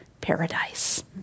paradise